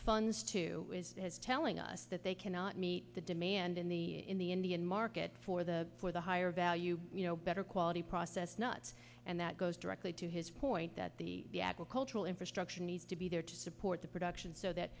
to telling us that they cannot meet the demand in the in the indian market for the for the higher value you know better quality process knots and that goes directly to his point that the the agricultural infrastructure needs to be there to support the production so that